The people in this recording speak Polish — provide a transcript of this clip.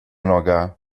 noga